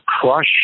crush